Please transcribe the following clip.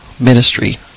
ministry